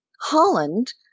Holland